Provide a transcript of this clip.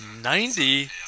Ninety